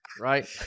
right